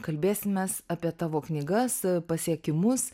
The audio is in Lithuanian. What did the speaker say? kalbėsimės apie tavo knygas pasiekimus